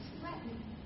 threatening